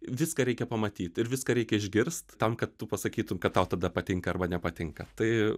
viską reikia pamatyt ir viską reikia išgirst tam kad tu pasakytum ką tau tada patinka arba nepatinka tai